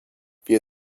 wir